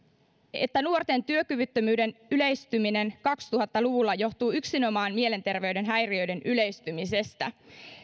että nuorten työkyvyttömyyden yleistyminen kaksituhatta luvulla johtuu yksinomaan mielenterveyden häiriöiden yleistymisestä